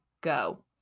go